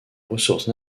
ressource